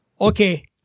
Okay